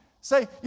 say